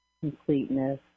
completeness